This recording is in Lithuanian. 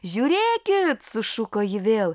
žiūrėkit sušuko ji vėl